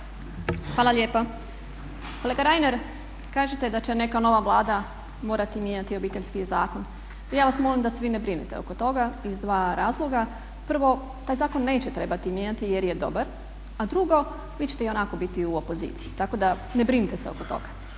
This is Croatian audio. Hvala lijepa. Kolega Reiner kažete da će neka nova vlada morati mijenjati Obiteljski zakon. Ja vas molim da se vi ne brinete oko toga iz dva razloga. Prvo, taj zakon neće trebati mijenjati jer je dobar, a drugo, vi ćete i onako biti u opoziciji, tako da ne brinite se oko toga.